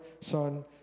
Son